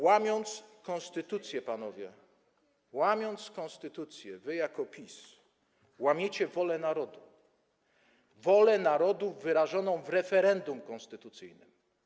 Łamiąc konstytucję, panowie, łamiąc konstytucję, wy jako PiS łamiecie wolę narodu, wolę narodu wyrażoną w referendum konstytucyjnym.